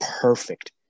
perfect